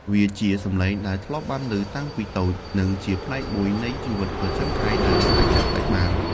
វាជាសំឡេងដែលធ្លាប់បានឮតាំងពីតូច និងជាផ្នែកមួយនៃជីវិតប្រចាំថ្ងៃដែលមិនអាចកាត់ផ្ដាច់បាន។